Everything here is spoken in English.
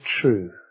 true